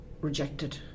rejected